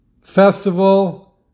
festival